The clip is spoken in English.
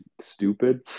stupid